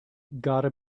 gotta